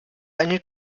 einen